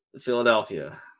Philadelphia